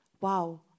wow